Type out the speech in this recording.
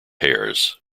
hairs